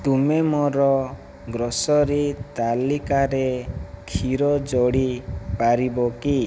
ତୁମେ ମୋର ଗ୍ରୋସରୀ ତାଲିକାରେ କ୍ଷୀର ଯୋଡ଼ି ପାରିବ କି